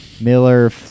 Miller